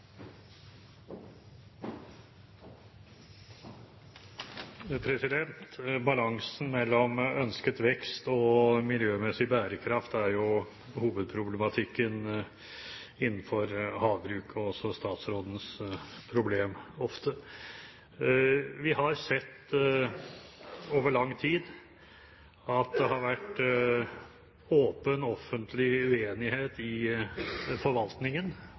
jo hovedproblematikken innenfor havbruk og også ofte statsrådens problem. Vi har sett over lang tid at det har vært en åpen offentlig uenighet i forvaltningen